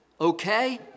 okay